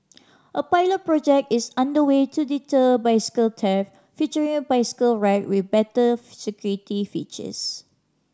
a pilot project is under way to deter bicycle theft featuring a bicycle rack with better security features